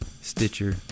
Stitcher